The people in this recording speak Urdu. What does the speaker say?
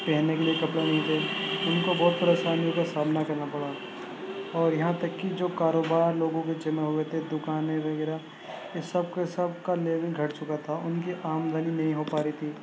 پہننے کے لیے کپڑے نہیں تھے ان کو بہت پریشانیوں کا سامنا کرنا پڑا اور یہاں تک کہ جو کاروبار لوگوں کے جمع ہوئے تھے دکانیں وغیرہ ان سب کے سب کا لیول گھٹ چکا تھا اور ان کی آمدنی نہیں ہو پا رہی تھی